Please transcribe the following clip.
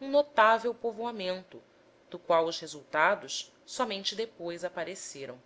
um notável povoamento do qual os resultados somente depois apareceram